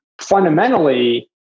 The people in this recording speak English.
fundamentally